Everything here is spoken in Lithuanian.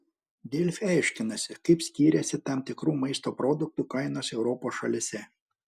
delfi aiškinasi kaip skiriasi tam tikrų maisto produktų kainos europos šalyse